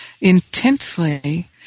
intensely